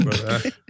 brother